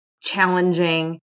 challenging